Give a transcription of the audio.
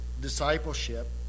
discipleship